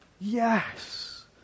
Yes